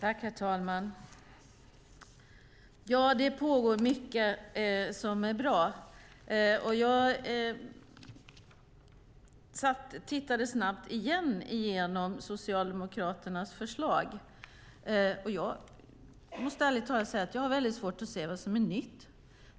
Herr talman! Ja, det pågår mycket som är bra. Jag tittade snabbt igen igenom Socialdemokraternas förslag och måste ärligt talat säga att jag har väldigt svårt att se vad som är nytt.